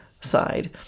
side